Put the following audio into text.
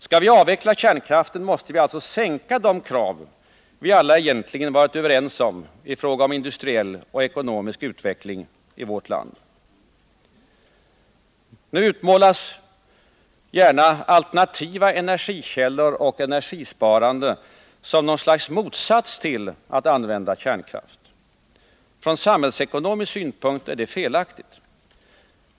Skall vi avveckla kärnkraften måste vi alltså sänka de krav vi alla egentligen varit överens om i fråga om industriell och ekonomisk utveckling i vårt land. Nu utmålas gärna alternativa energikällor och energisparande som något slags motsats till användande av kärnkraft. Från samhällsekonomisk synpunkt är detta felaktigt.